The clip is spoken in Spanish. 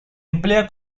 emplea